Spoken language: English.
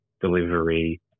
delivery